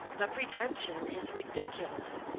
the pretension is ridiculous.